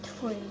Three